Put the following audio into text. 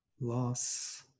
loss